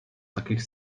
takich